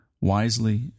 wisely